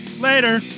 Later